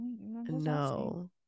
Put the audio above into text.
No